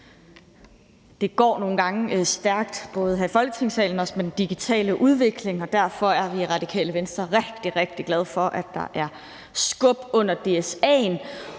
Det går nogle gange stærkt, både her i Folketingssalen og også med den digitale udvikling, og derfor er vi i Radikale Venstre rigtig, rigtig glade for, at der er skub under DSA'en,